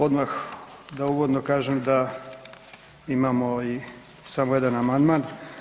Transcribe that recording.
Odmah da uvodno kažem da imamo i samo jedan amandman.